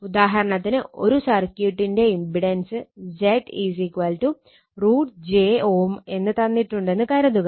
ഉദാഹരണത്തിന് ഒരു സർക്യൂട്ടിന്റെ ഇമ്പിടൻസ് Z √ j Ω എന്ന് തന്നിട്ടുണ്ടെന്ന് കരുതുക